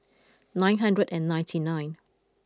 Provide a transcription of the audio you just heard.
nine hundred and ninety nine